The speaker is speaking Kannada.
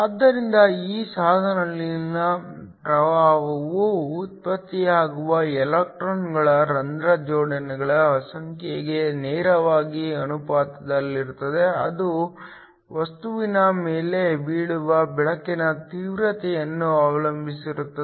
ಆದ್ದರಿಂದ ಈ ಸಾಧನದಲ್ಲಿನ ಪ್ರವಾಹವು ಉತ್ಪತ್ತಿಯಾಗುವ ಎಲೆಕ್ಟ್ರಾನ್ಗಳ ರಂಧ್ರ ಜೋಡಿಗಳ ಸಂಖ್ಯೆಗೆ ನೇರವಾಗಿ ಅನುಪಾತದಲ್ಲಿರುತ್ತದೆ ಇದು ವಸ್ತುವಿನ ಮೇಲೆ ಬೀಳುವ ಬೆಳಕಿನ ತೀವ್ರತೆಯನ್ನು ಅವಲಂಬಿಸಿರುತ್ತದೆ